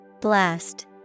Blast